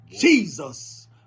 jesus